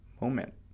moment